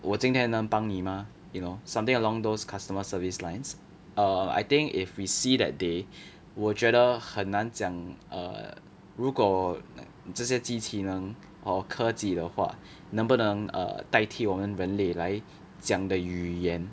我今天能帮你 mah you know something along those customer service lines err I think if we see that day 我觉得很难讲 err 如果这些机器能 or 科技的话能不能 err 代替我们人类来讲的语言